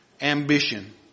ambition